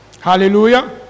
hallelujah